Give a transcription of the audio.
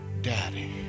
Daddy